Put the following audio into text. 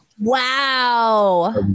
Wow